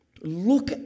look